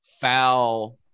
foul